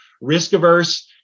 risk-averse